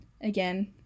Again